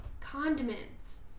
condiments